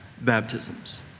baptisms